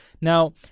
Now